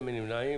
מי נמנע?